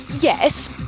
yes